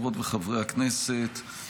חברות וחברי הכנסת,